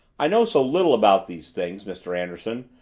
i know so little about these things, mr. anderson,